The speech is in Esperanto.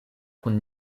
kun